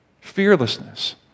fearlessness